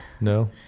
no